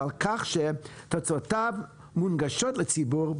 ועל כך שתוצאותיו מונגשות לציבור,